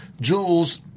Jules